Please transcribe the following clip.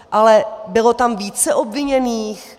Ale bylo tam více obviněných?